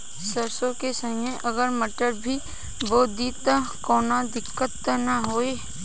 सरसो के संगे अगर मटर भी बो दी त कवनो दिक्कत त ना होय?